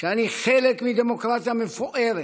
שאני חלק מדמוקרטיה מפוארת,